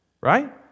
Right